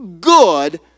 good